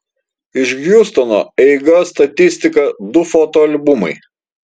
iš hjustono eiga statistika du foto albumai